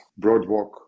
broadwalk